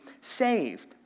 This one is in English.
saved